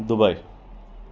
Dubai